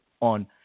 on